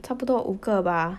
差不多五个吧